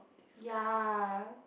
ya